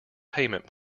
payment